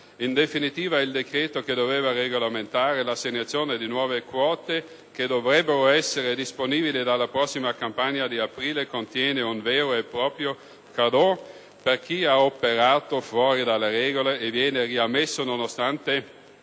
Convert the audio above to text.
In definitiva, il decreto che doveva regolamentare l'assegnazione di nuove quote, che dovrebbero essere disponibili dalla prossima campagna di aprile, contiene un vero e proprio *cadeau* per chi ha operato fuori dalle regole e viene riammesso, nonostante